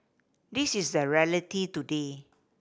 this is the reality today